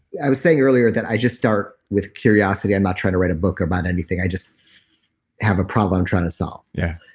i was saying earlier that i just start with curiosity. i'm not trying to write a book about anything. i just have a problem i'm trying to solve. yeah